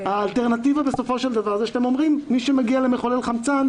האלטרנטיבה בסופו של דבר היא שאתם אומרים: מי שמגיע למחולל חשמל,